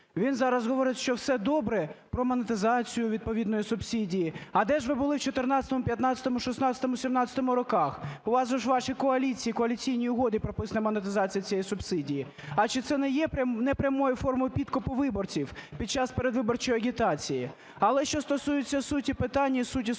Він зараз говорить, що все добре, про монетизацію відповідної субсидії. А де ж ви були в 14-му, 15-му, 16-му, 17-му роках? У вас же ж в вашій коаліції, Коаліційній угоді прописана монетизація цієї субсидії. А чи це не є непрямою формою підкупу виборців під час передвиборчої агітації? Але, що стосується суті питання і суті субсидій.